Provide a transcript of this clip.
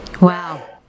Wow